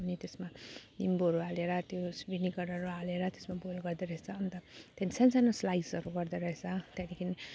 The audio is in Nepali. अनि त्यसमा निम्बुहरू हालेर त्यो भिनेगरहरू हालेर त्यसमा बोइल गर्दो रहेछ अन्त त्यहाँ सान्सानो स्लाइसहरू गर्दो रहेछ त्यहाँदेखि